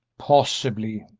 possibly,